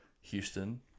Houston